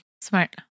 Smart